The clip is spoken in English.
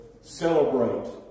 celebrate